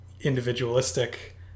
individualistic